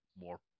More